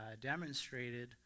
demonstrated